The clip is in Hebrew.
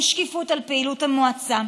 אין שקיפות על פעילות המועצה.